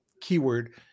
keyword